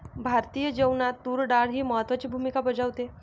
भारतीय जेवणात तूर डाळ ही महत्त्वाची भूमिका बजावते